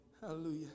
Hallelujah